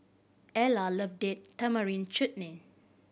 Ellar love Date Tamarind Chutney